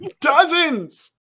dozens